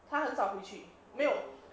他很少回去没有